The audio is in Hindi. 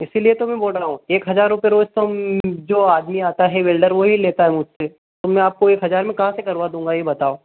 इसीलिए तो मैं बोल रहा हूँ एक हजार रुपए रोज तो हम जो आदमी आता है वेल्डर वही लेता है मुझसे तो मैं आपको एक हजार में कहाँ से करवा दूँगा ये बताओ